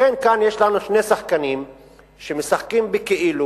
לכן כאן יש לנו שני שחקנים שמשחקים בכאילו